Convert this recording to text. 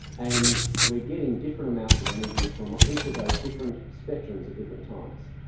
and we're getting different amounts of energy from each of those different spectrums at different times.